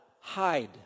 hide